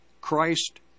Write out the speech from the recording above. Christ